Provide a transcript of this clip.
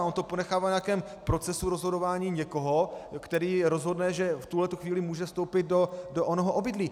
On to ponechává na nějakém procesu rozhodování někoho, kdo rozhodne, že v tuhletu chvíli může vstoupit do onoho obydlí.